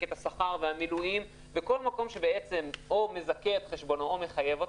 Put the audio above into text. מחלקת השכר והמילואים וכל מקום שבעצם או מזכה את חשבונו או מחייב אותו,